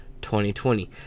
2020